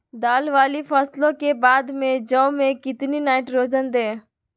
दाल वाली फसलों के बाद में जौ में कितनी नाइट्रोजन दें?